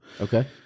Okay